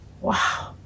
Wow